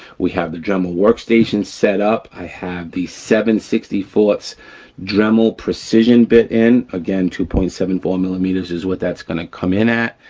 we have the dremel workstation setup, i have the seven sixty four dremel precision bit in. again, two point seven four millimeters is what that's gonna come in at,